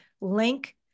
link